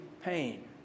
pain